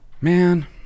Man